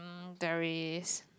um there is